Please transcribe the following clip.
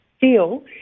feel